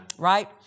right